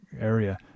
area